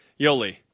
Yoli